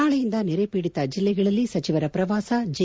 ನಾಳೆಯಿಂದ ನೆರೆ ಪೀಡಿತ ಜಿಲ್ಲೆಗಳಲ್ಲಿ ಸಚಿವರ ಪ್ರವಾಸ ಜೆ